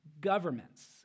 governments